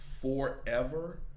forever